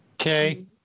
Okay